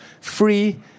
Free